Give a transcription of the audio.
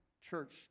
church